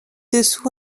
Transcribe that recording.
dessous